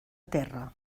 terra